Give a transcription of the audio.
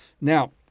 Now